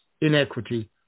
inequity